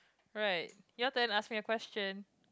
alright your turn ask me a question